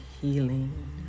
healing